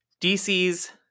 DC's